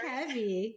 heavy